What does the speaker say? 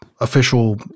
official